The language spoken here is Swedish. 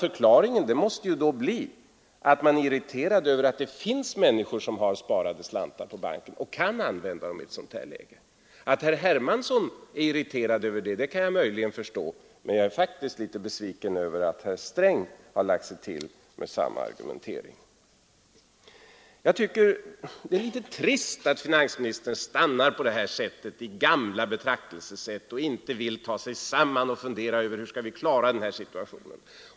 Förklaringen måste då bli att man är irriterad över att det finns människor som har sparade slantar på banken och kan använda dem i ett sådant här läge. Att herr Hermansson är irriterad över det kan jag möjligen förstå, men jag är faktiskt litet besviken över att herr Sträng har lagt sig till med samma argumentering. Det är litet trist att finansministern på det här sättet stannar i gamla betraktelsesätt och inte vill ta sig samman och fundera över hur vi skall klara situationen.